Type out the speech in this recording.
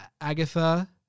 Agatha